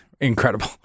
incredible